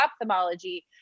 ophthalmology